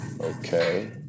Okay